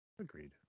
Agreed